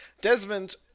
Desmond